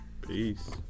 Peace